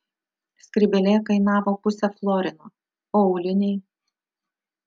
skrybėlė kainavo pusę florino o auliniai